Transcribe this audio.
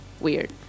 weird